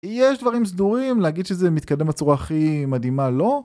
יש דברים סדורים להגיד שזה מתקדם בצורה הכי מדהימה- לא